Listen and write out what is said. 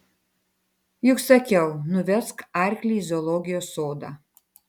juk sakiau nuvesk arklį į zoologijos sodą